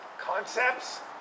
concepts